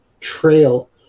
Trail